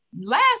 Last